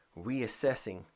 reassessing